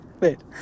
Wait